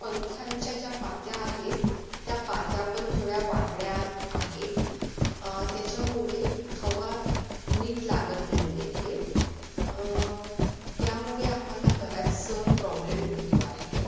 पंख्यांच्या ज्या पात्या आहेत त्या पात्या पण थोड्या वाकड्या आहेत त्याच्यामुळे हवा नीट लागत नाही आहे यामुळे आम्हाला बराच प्रॉब्लेम होतो आहे